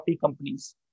companies